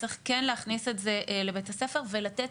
צריך כן להכניס את זה לבית הספר ולתת